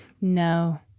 No